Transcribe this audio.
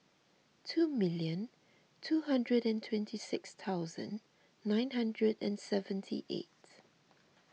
two million two hundred and twenty six thousand nine hundred and seventy eight